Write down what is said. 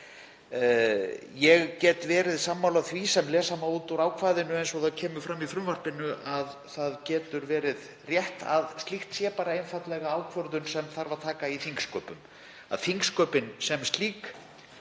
Ég get verið sammála því sem lesa má út úr ákvæðinu, eins og það kemur fram í frumvarpinu, að það getur verið rétt að slíkt sé einfaldlega ákvörðun sem þarf að taka í þingsköpum,